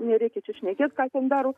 nereikia čia šnekėt ką ten daro